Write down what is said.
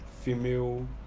female